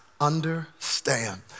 understand